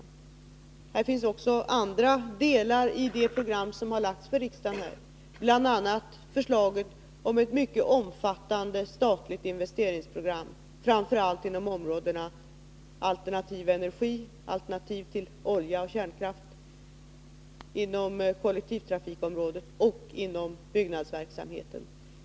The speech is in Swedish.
I det program som lagts fram för riksdagen återfinns också andra åtgärder, bl.a. förslag om ett mycket omfattande statligt investeringsprogram framför allt inom områdena alternativ energi, alternativ till olja och kärnkraft, men även inom kollektivtrafikområdet och byggnadsverksamheten.